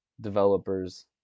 developers